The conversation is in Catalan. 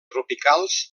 tropicals